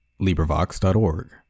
LibriVox.org